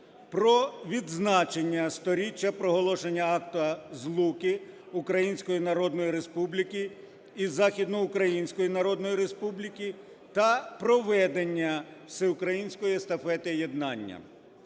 про відзначення 100-річчя проголошення Акту Злуки Української Народної Республіки і Західноукраїнської Народної Республіки та проведення Всеукраїнської Естафети Єднання.